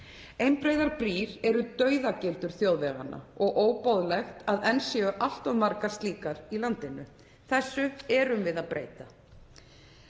Einbreiðar brýr eru dauðagildrur þjóðveganna og óboðlegt að enn séu allt of margar slíkar í landinu. Þessu erum við að breyta.